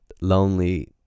lonely